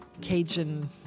Cajun